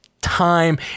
time